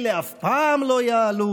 "אלה אף פעם לא יעלו"